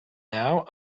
now